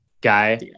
guy